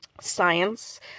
Science